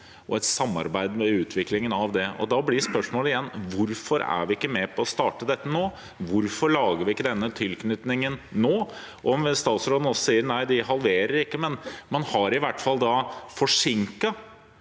og et samarbeid om utviklingen av det. Da blir spørsmålet igjen: Hvorfor er vi ikke med på å starte dette nå? Hvorfor lager vi ikke denne tilknytningen nå? Og som statsråden nå også sier, de halverer ikke, men en har i hvert fall forsinket